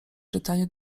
czytaniu